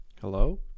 Hello